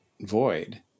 void